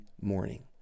morning